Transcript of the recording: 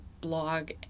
blog